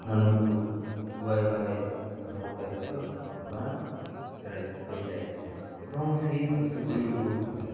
ମାନଙ୍କୁ କୁଆଇବାରେ ଆମର ତଥ୍ୟବାନ୍ ରହିଥାଏ ଏବଂ ସେଇ ପଶୁଗୁଡ଼ିକୁ